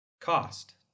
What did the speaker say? cost